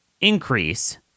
increase